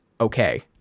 okay